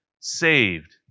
saved